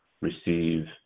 receive